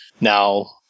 Now